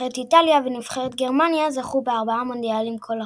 נבחרת איטליה ונבחרת גרמניה זכו בארבעה מונדיאלים כל אחת.